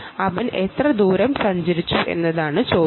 അവൻ എത്ര ദൂരം സഞ്ചരിച്ചു എന്നതാണ് ചോദ്യം